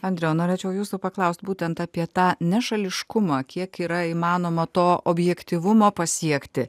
andriau norėčiau jūsų paklaust būtent apie tą nešališkumą kiek yra įmanoma to objektyvumo pasiekti